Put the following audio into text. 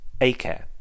ACARE